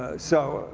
ah so,